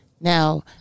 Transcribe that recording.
Now